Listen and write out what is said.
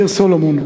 מאיר סולומון,